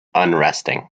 unresting